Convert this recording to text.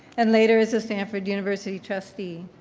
and later, as a stanford university trustee.